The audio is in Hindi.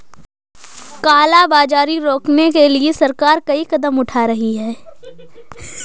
काला बाजारी रोकने के लिए सरकार कई कदम उठा रही है